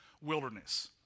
wilderness